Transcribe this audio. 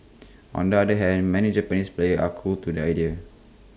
on the other hand many Japanese players are cool to the idea